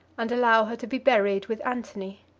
and allow her to be buried with antony.